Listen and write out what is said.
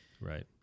right